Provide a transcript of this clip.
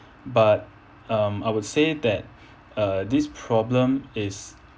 but um I would say that uh this problem is